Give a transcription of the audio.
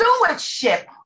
stewardship